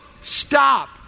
Stop